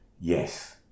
Yes